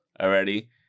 already